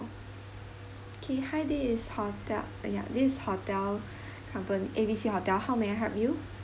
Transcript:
K hi this is hotel uh ya this hotel compa~ A B C hotel how may I help you